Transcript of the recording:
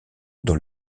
dans